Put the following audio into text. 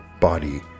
body